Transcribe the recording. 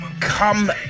come